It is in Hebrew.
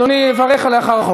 אדוני יברך לאחר ההצבעה על החוק.